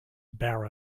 barren